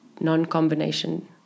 non-combination